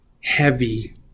heavy